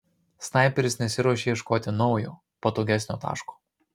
snaiperis nesiruošė ieškoti naujo patogesnio taško